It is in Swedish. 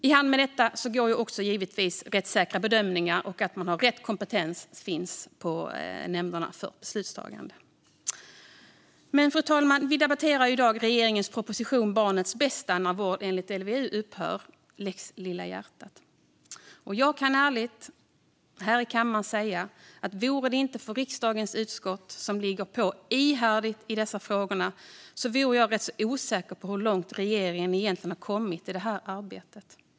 I hand med detta går givetvis även rättssäkra bedömningar och att rätt kompetens för beslutstagande finns i nämnderna. Fru talman! Vi debatterar i dag regeringens proposition Barnets bästa när vård enligt LVU upphör - lex lilla hjärtat . Jag kan ärligt säga här i kammaren att jag är osäker på hur långt regeringen egentligen hade kommit i det här arbetet om det inte vore för riksdagens utskott, som ligger på ihärdigt i de här frågorna.